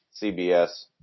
CBS